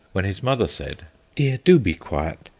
when his mother said dear, do be quiet.